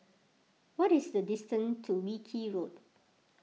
what is the distance to Wilkie Road